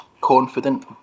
confident